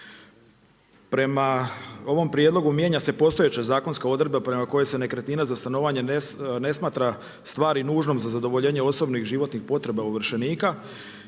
prema ovom prijedlogu mijenja se postojeća zakonska odredba prema kojoj se nekretnina za stanovanje, ne smatra stvari nužnom za zadovoljenje osobnih životnih potreba ovršenika